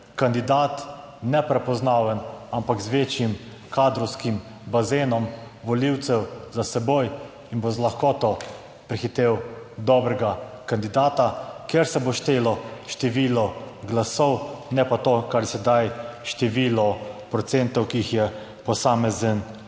kandidat, ne prepoznaven, ampak z večjim kadrovskim bazenom volivcev za seboj in bo z lahkoto prehitel dobrega kandidata, ker se bo štelo število glasov, ne pa to, kar je sedaj število procentov, ki jih je posamezen